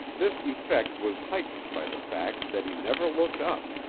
this effect was heightened by the fact that he never looked up.